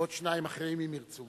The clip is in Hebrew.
ועוד שניים אחרים, אם ירצו.